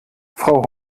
frau